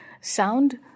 sound